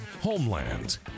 Homeland